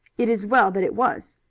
it is well that it was.